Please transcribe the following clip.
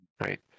Right